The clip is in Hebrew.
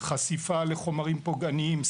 חשיפה לחומרים פוגעניים,